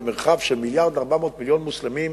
במרחב של מיליארד ו-400 מיליון מוסלמים,